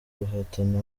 guhatana